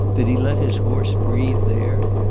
did he let his horse breathe there?